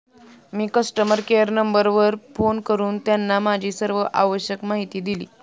मी customer care नंबरवर phone करून त्यांना माझी सर्व आवश्यक माहिती दिली